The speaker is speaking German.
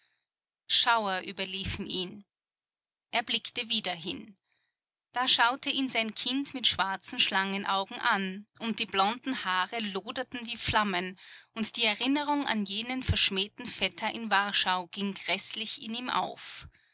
schauer überliefen ihn er blickte wieder hin da schaute ihn sein kind mit schwarzen schlangenaugen an und die blonden haare loderten wie flammen und die erinnerung an jenen verschmähten vetter in warschau ging gräßlich in ihm auf